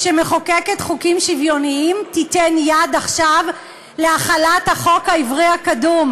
שמחוקקת חוקים שוויוניים תיתן יד עכשיו להחלת החוק העברי הקדום,